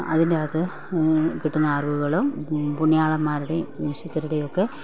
അതിന്റകത്ത് കിട്ടുന്ന അറിവുകളും പുണ്യാളന്മാരുടെയും വിശുദ്ധരുടെയും ഒക്കെ